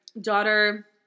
Daughter